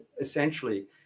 essentially